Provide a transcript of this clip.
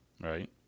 right